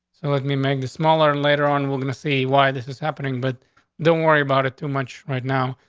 so let me make the smaller and later on. we're gonna see why this is happening, but don't worry about it too much right now.